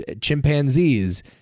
chimpanzees